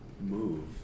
move